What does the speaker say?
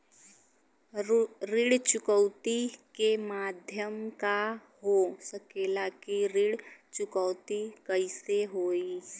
ऋण चुकौती के माध्यम का हो सकेला कि ऋण चुकौती कईसे होई?